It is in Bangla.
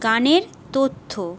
গানের তথ্য